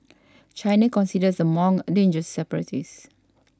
China considers the monk a dangerous separatist